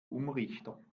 umrichter